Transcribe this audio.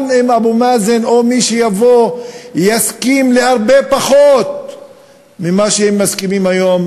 גם אם אבו מאזן או מי שיבוא יסכים להרבה פחות ממה שהם מסכימים היום,